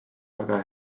väga